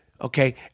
okay